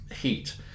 heat